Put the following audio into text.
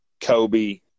Kobe